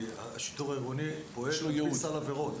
כי השיטור העירוני פועל על פי סל עבירות.